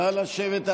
נא לשבת.